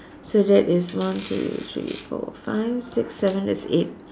so that is one two three four five six seven that's eight